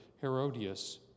Herodias